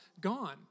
gone